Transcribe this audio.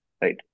Right